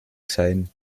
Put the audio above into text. sein